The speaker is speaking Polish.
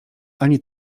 ani